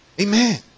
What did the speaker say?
Amen